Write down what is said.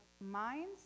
minds